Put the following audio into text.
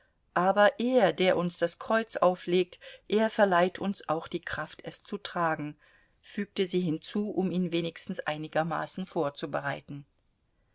aber er der uns das kreuz auflegt er verleiht uns auch die kraft es zu tragen fügte sie hinzu um ihn wenigstens einigermaßen vorzubereiten